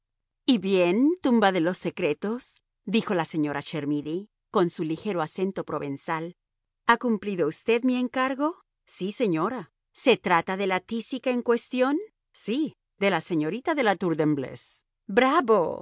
y bien tumba de los secretos dijo la señora chermidy con su ligero acento provenzal ha cumplido usted mi encargo sí señora se trata de la tísica en cuestión sí de la señorita de